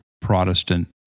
Protestant